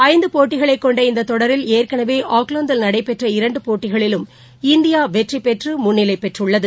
ஐந்து போட்டிகளை கொண்ட இந்தத் தொடரில் ஏற்கெனவே ஆக்லாந்தில்நடைபெற்ற இரண்டு போட்டிகளிலும் இந்தியா வெற்றி பெற்று முன்னிலை பெற்றுள்ளது